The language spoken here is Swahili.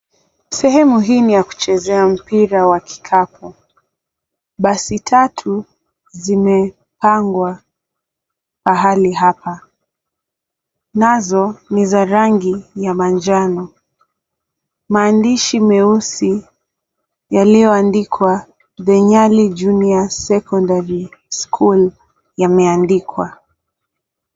Sehemu hii ni ya kuchezea mpira wa kikapu. Basi tatu zimepangwa pahali hapa nazo ni za rangi ya manjano, maandishi meusi yaliyoandikwa The Nyali Junior Secondary School yameandikwa.